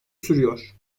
sürüyor